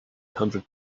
hundred